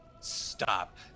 stop